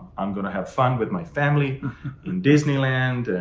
i'm gonna have fun with my family in disneyland,